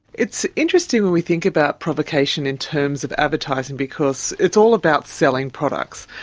it's interesting when we think about provocation in terms of advertising, because it's all about selling products.